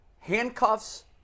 handcuffs –